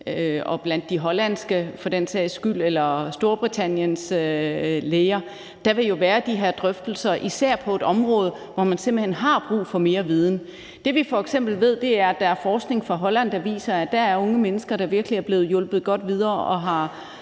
og hollandske læger eller for den sags skyld lægerne i Storbritannien. Der vil jo være de her drøftelser, især på et område, hvor man simpelt hen har brug for mere viden. Det, vi f.eks. ved, er, at der er forskning fra Holland, der viser, at der er unge mennesker dér, der virkelig er blevet hjulpet godt videre og har